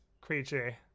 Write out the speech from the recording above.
creature